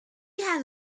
has